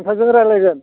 नोंथांजों रायलायगोन